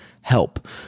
help